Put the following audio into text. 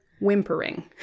whimpering